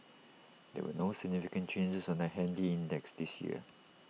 there were no significant changes on the handy index this week